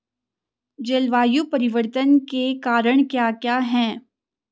जलवायु परिवर्तन के कारण क्या क्या हैं?